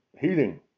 healing